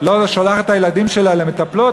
היא לא שולחת את הילדים שלה למטפלות,